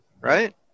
Right